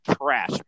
trash